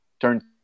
turn